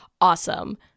awesome